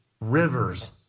rivers